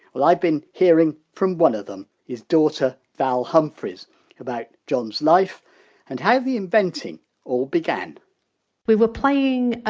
well, i've been hearing from one of them his daughter, val humphries about john's life and how the inventing all began we were playing,